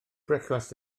brecwast